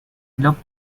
looked